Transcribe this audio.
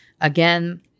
again